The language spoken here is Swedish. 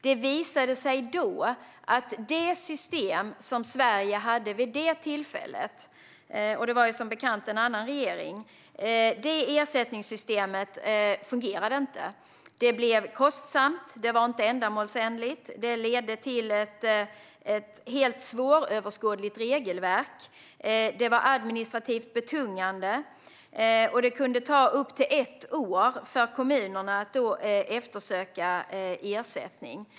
Det visade sig då att det ersättningssystem som Sverige hade vid det tillfället inte fungerade, och det var som bekant en annan regering. Det blev kostsamt, och det var inte ändamålsenligt. Det var ett svåröverskådligt regelverk. Det var administrativt betungande, och det kunde ta upp till ett år för kommunerna att eftersöka ersättning.